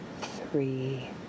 Three